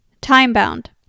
Time-bound